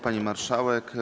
Pani Marszałek!